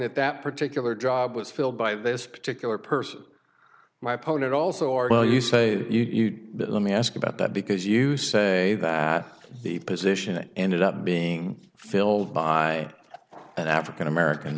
that that particular job was filled by this particular person my opponent also are well you say you've let me ask about that because you say that the position it ended up being filled by an african american